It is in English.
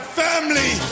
family